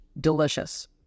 delicious